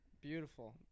Beautiful